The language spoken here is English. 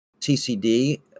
TCD